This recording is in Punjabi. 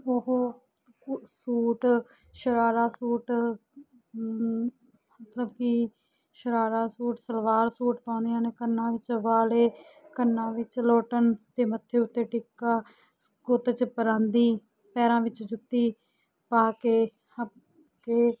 ਓਹ ਸੂਟ ਸ਼ਰਾਰਾ ਸੂਟ ਮਤਲਬ ਕਿ ਸ਼ਰਾਰਾ ਸੂਟ ਸਲਵਾਰ ਸੂਟ ਪਾਉਂਦੀਆਂ ਨੇ ਕੰਨਾਂ ਵਿੱਚ ਬਾਲੇ ਕੰਨਾਂ ਵਿੱਚ ਲੋਟਨ ਅਤੇ ਮੱਥੇ ਉੱਤੇ ਟਿੱਕਾ ਗੁੱਤ 'ਚ ਪਰਾਂਦੀ ਪੈਰਾਂ ਵਿੱਚ ਜੁੱਤੀ ਪਾ ਕੇ ਆਪ ਅਤੇ